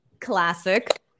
Classic